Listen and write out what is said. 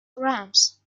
ramps